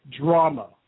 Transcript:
Drama